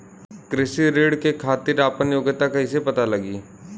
कृषि ऋण के खातिर आपन योग्यता कईसे पता लगी?